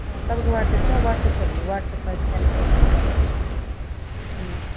अँ तपाईँको व्हाट्सएप्प छ व्हाट्सएप्प छ भने व्हाट्सएप्पमा स्क्यानर पठाउनु भन्नुहोस्